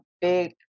big